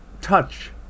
Touch